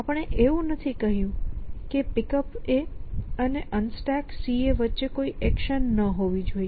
આપણે એવું નથી કહ્યું કે Pickup અને UnstackCA વચ્ચે કોઈ એક્શન ન હોવી જોઈએ